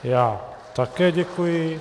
Já také děkuji.